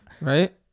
right